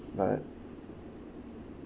but